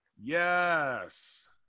Yes